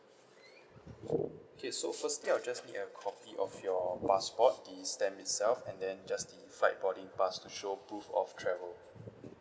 okay so firstly I'll just need a copy of your passport the stamp itself and then just the flight boarding pass to show proof of travel